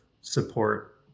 support